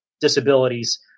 disabilities